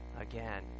Again